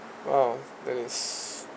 !wow! that is